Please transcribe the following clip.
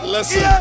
Listen